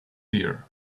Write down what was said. here